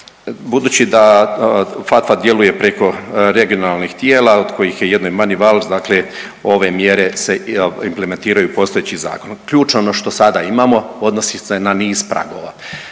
Budući da FATF-a djeluje preko regionalnih tijela od kojih je jedan …/Govornik se ne razumije./… dakle ove mjere se implementiraju u postojeći zakon. Ključno ono što sada imamo odnosi se na niz pragova.